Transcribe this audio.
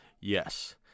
Yes